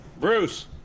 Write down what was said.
Bruce